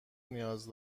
نیاز